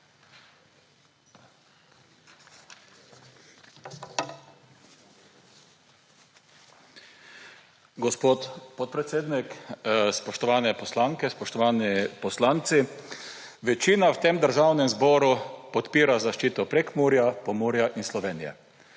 Gospod podpredsednik, spoštovani poslanke in poslanci! Večina v tem državnem zboru podpira zaščito Prekmurja, Pomurja in Slovenije.